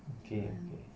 okay okay